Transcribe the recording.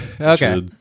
Okay